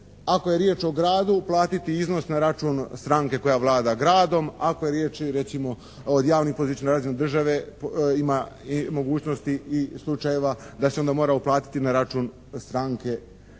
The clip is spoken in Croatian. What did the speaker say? ako je riječ o gradu uplatiti iznos na račun stranke koja vlada gradom. Ako je riječ recimo o javnim poduzećima na razini države ima i mogućnosti i slučajeva da se onda mora uplatiti na račun stranke